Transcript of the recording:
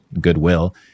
goodwill